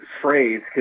phrase